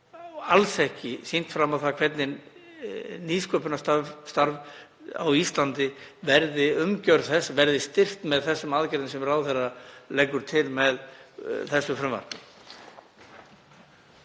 alls ekki sýnt fram á það hvernig nýsköpunarstarf á Íslandi, umgjörð þess, verði styrkt með þeim aðgerðum sem ráðherra leggur til í frumvarpinu.